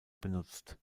benutzt